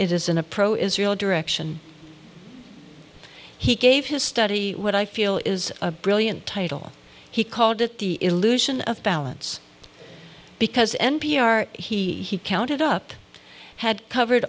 it isn't a pro israel direction he gave his study what i feel is a brilliant title he called it the illusion of balance because n p r he counted up had covered